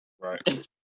Right